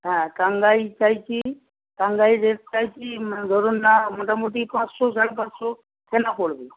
হ্যাঁ টাঙ্গাইল চাইছি টাঙ্গাইলের রেট চাইছি ধরুন না মোটামুটি পাঁচশো সাড়ে পাঁচশো কেনা পড়বে